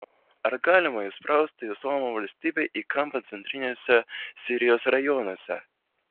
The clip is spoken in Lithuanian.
ar galima įsprausti islamo valstybę į kampą centriniuose sirijos rajonuose